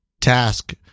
task